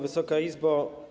Wysoka Izbo!